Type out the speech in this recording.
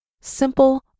simple